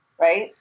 right